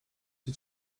się